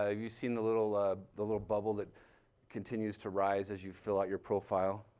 ah you've seen the little the little bubble that continues to rise as you fill out your profile.